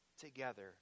together